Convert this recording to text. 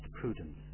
prudence